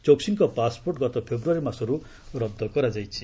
ଚୋକ୍ସିଙ୍କ passport ଗତ February ମାସରୁ ରଦ୍ଦ କରାଯାଇଛି